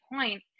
point